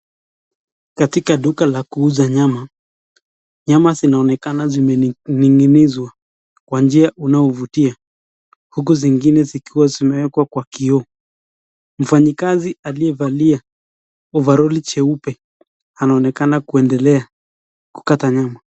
Katika duka la kuuza nyama. Nyama zinaonekana zimening'izwa kwa njia unaovutia uku zingine zikiwa zimeekwa kwa kioo. Mfanyikazi aliyevalia ovaroli jeupe anaonekana kuendelea kukata nyama.